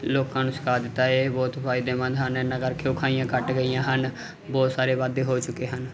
ਲੋਕਾਂ ਨੂੰ ਸਿਖਾ ਦਿੱਤਾ ਇਹ ਬਹੁਤ ਫਾਇਦੇਮੰਦ ਹਨ ਇਹਨਾਂ ਕਰਕੇ ਉਖਾਈਆਂ ਕੱਟ ਗਈਆਂ ਹਨ ਬਹੁਤ ਸਾਰੇ ਵਾਧੇ ਹੋ ਚੁੱਕੇ ਹਨ